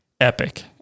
epic